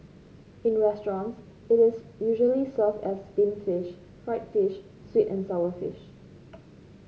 in restaurants it is usually served as steamed fish fried fish sweet and sour fish